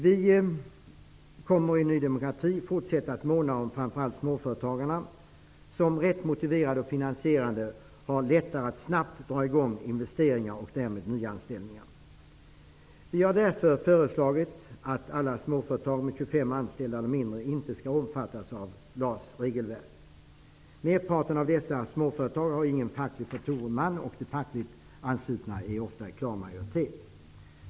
Vi i Ny demokrati kommer att fortsätta att måna om framför allt småföretagarna, som rätt motiverade och finansierade har lättare att snabbt dra i gång investeringar och därmed nyanställningar. Vi har därför föreslagit att alla småföretag med 25 anställda eller färre inte skall omfattas av LAS regelverk. Merparten av dessa småföretag har ingen facklig förtroendeman och de fackligt anslutna är ofta i klar minoritet.